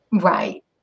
Right